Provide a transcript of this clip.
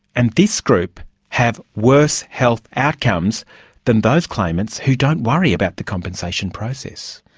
and this group have worse health outcomes than those claimants who don't worry about the compensation process.